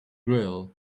grill